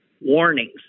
warnings